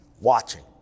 Watching